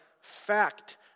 fact